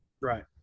Right